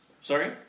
Sorry